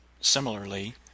similarly